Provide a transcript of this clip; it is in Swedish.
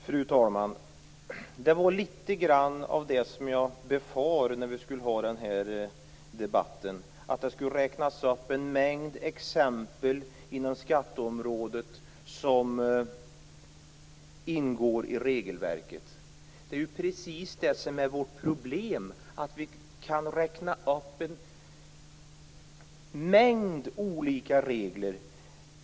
Fru talman! Det var lite grann av det jag befarade när vi skulle ha den här debatten, att det skulle räknas upp en mängd exempel inom skatteområdet som ingår i regelverket. Det är precis det som är vårt problem. Vi kan räkna upp en mängd olika regler.